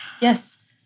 Yes